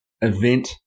event